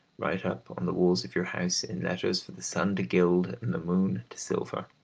write up on the walls of your house in letters for the sun to gild and the moon to silver,